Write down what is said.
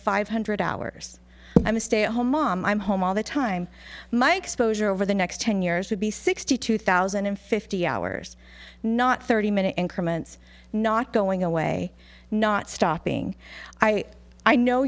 five hundred hours i'm a stay at home mom i'm home all the time my exposure over the next ten years would be sixty two thousand and fifty hours not thirty minute increments not going away not stopping i know